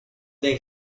they